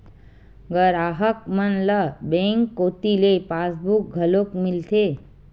गराहक मन ल बेंक कोती ले पासबुक घलोक मिलथे